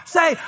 Say